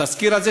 התסקיר הזה,